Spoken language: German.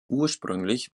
ursprünglich